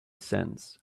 sense